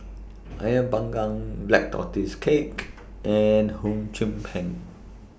Ayah Pang Gang Black Tortoise Cake and Hum Chiu Pen